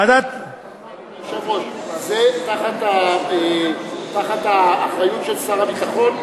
זה תחת האחריות של שר הביטחון?